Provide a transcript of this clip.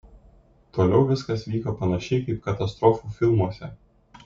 toliau viskas vyko panašiai kaip katastrofų filmuose